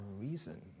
reason